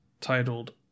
titled